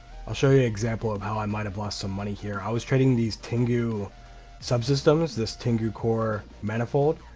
i'll show you an example of how i might have lost some money here i was trading these tengu sub systems this tengu core manifold